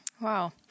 Wow